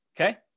Okay